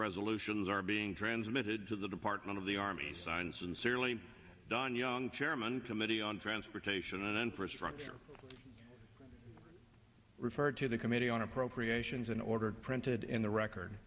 resolutions are being transmitted to the department of the army science and serially done young chairman committee on transportation and infrastructure referred to the committee on appropriations in order printed in the record